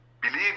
believe